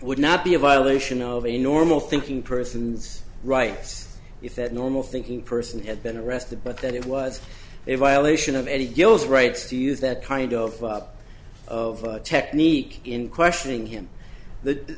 would not be a violation of a normal thinking person's rights if that normal thinking person had been arrested but that it was a violation of any geos rights to use that kind of of technique in questioning him th